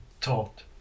taught